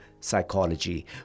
psychology